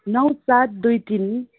नौ सात दुई तिन